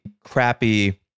crappy